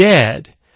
dead